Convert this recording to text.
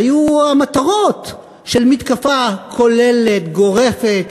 היו המטרות של מתקפה כוללת, גורפת,